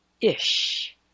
Ish